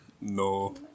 No